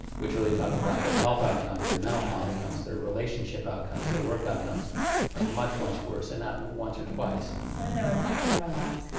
which really talked about their health outcomes. their mental health outcomes, their relationship outcomes, their work outcomes are much, much worse. and not once or twice. and then they're impacting other lives too.